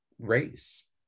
race